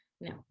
no